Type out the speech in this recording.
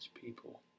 people